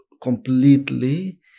completely